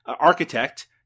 architect